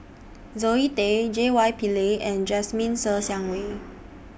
Zoe Tay J Y Pillay and Jasmine Ser Xiang Wei